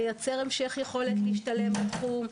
לייצר המשך יכולת להשתלם בתחום.